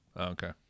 okay